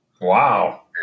Wow